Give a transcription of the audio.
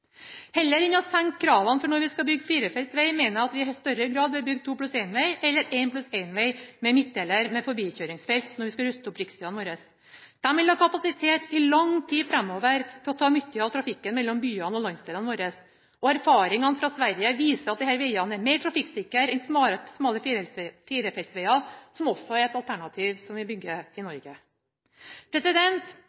Heller enn å senke kravene for når vi skal bygge firefeltsveg, mener jeg at vi i større grad bør bygge to-pluss-en-veg eller en-pluss-en-veg med midtdeler med forbikjøringsfelt når vi skal ruste opp riksvegene våre. De vil ha kapasitet i lang tid framover til å ta mye av trafikken mellom byene og landsdelene våre. Erfaringene fra Sverige viser at disse vegene er mer trafikksikre enn smale firefeltsveger, som også er et alternativ som vi bygger i